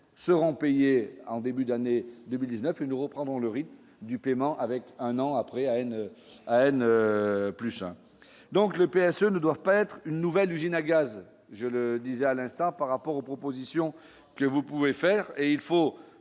seront payés en début d'année 2019, nous reprendrons le rythme du paiement avec un an après, à une à ne plus donc le PS ne doivent pas être une nouvelle usine à gaz, je le disais à l'instant par rapport aux propositions que vous pouvez faire